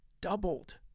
doubled